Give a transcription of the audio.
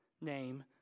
name